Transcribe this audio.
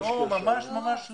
לא, ממש ממש לא.